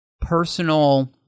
personal